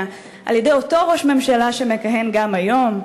על-ידי אותו ראש ממשלה שמכהן גם היום,